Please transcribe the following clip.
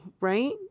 right